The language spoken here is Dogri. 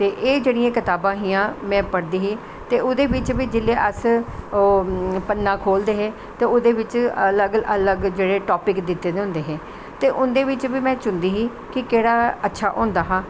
ते एह् जेह्ड़ियां कताबां हियां एह् में पढ़दी ही ते ओह्दे बिच्च बी जिसलै अस पन्नै खोह्लदे हे ते ओह्ॅदे बिच्च जेह्ड़े अलग अलग टॉपिक दित्ते दे होंदे हे ते उंदे बिच्च बी मोें चुनदी ही कि केह्ड़ा अच्छा होंदा हा